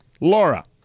Laura